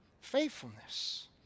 Faithfulness